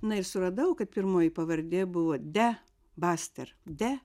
na ir suradau kad pirmoji pavardė buvo de baster de